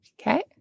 Okay